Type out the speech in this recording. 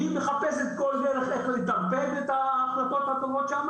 והיא מחפשת כל דרך איך לטרפד את ההחלטות הטובות שם